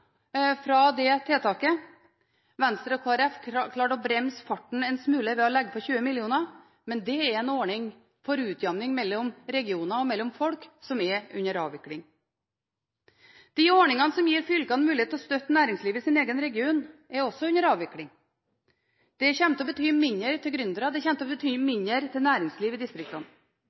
fra det tiltaket. Venstre og Kristelig Folkeparti klarte å bremse farten en smule ved å legge på 20 mill. kr, men dette er en ordning for utjevning mellom regioner og mellom folk som er under avvikling. De ordningene som gir fylkene mulighet til å støtte næringslivet i sin egen region, er også under avvikling. Det kommer til å bety mindre til gründere, og det kommer til å bety mindre til næringsliv i distriktene.